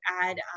add